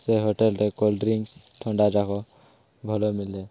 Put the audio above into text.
ସେ ହୋଟେଲ୍ରେ କୋଲ୍ଡ୍ରିଙ୍କସ୍ ଥଣ୍ଡା ଯାକ ଭଲ ମିଲେ